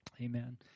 Amen